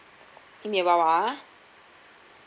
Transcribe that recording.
give me a while ah